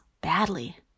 badly